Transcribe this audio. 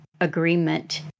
Agreement